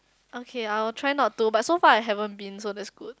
okay I'll try not to but so far I haven't been so that's good